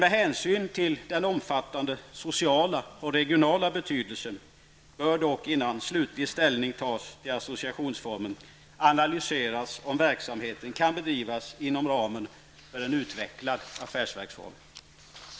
Med hänsyn till den omfattande sociala och regionala betydelsen bör dock innan slutlig ställning tas till associationsformen analyseras om verksamheten kan bedrivas inom ramen för en utveckad affärsverksform.